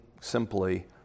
simply